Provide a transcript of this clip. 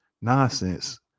nonsense